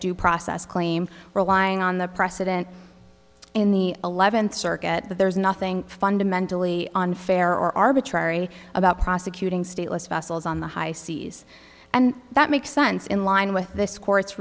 due process claim relying on the precedent in the eleventh circuit there's nothing fundamentally unfair or arbitrary about prosecuting stateless vessels on the high seas and that makes sense in line with this cour